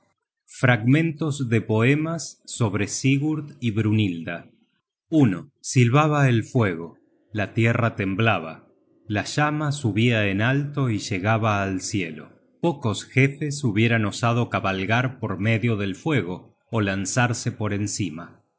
juramentos content from google book search generated at silbaba el fuego la tierra temblaba la llama subia en alto y llegaba al cielo pocos jefes hubieran osado cabalgar por medio del fuego ó lanzarse por encima y